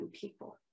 people